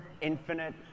infinite